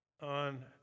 on